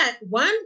one